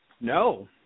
No